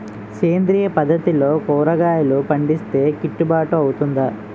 సేంద్రీయ పద్దతిలో కూరగాయలు పండిస్తే కిట్టుబాటు అవుతుందా?